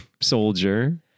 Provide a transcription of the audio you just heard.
soldier